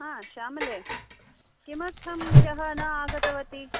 हा श्यामले किमर्थं ह्यः न आगतवती